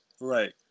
Right